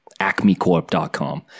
acmecorp.com